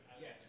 Yes